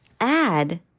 add